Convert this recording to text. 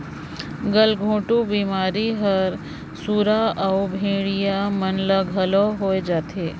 गलघोंटू बेमारी हर सुरा अउ भेड़िया मन ल घलो होय जाथे